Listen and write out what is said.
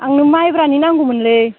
आंनो माइब्रानि नांगौमोनलै